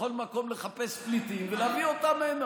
בכל מקום, לחפש פליטים ולהביא אותם הנה.